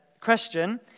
question